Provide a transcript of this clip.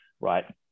Right